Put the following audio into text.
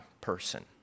person